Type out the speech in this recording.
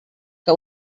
que